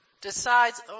decides